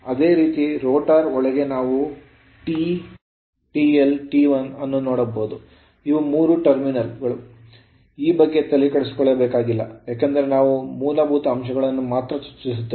ಅದೇ ರೀತಿ rotor rotor ಒಳಗೆ ನಾವು T TL TL ಅನ್ನು ನೋಡಬಹುದು ಇವು ಮೂರು ಟರ್ಮಿನಲ್ ಗಳು ಈಗ ಈ ಬಗ್ಗೆ ತಲೆಕೆಡಿಸಿಕೊಳ್ಳಬೇಕಾಗಿಲ್ಲ ಏಕೆಂದರೆ ನಾವು ಮೂಲಭೂತ ಅಂಶಗಳನ್ನು ಮಾತ್ರ ಚರ್ಚಿಸುತ್ತೇವೆ